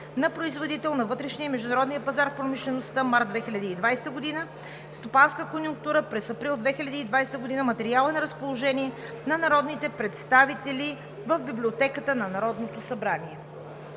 на производител на вътрешния и международния пазар в промишлеността, март 2020 г.; - Стопанска конюнктура през април 2020 г. Материалът е на разположение на народните представители в Библиотеката на Народното събрание.